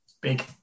big